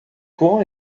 courant